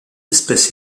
espèce